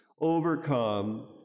overcome